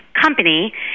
company